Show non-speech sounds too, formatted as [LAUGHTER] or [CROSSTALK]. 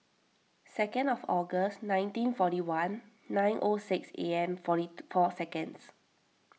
second of August nineteen forty one nine O six am forty [NOISE] four seconds